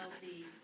healthy